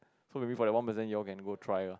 so maybe for the one percent you all can go try lah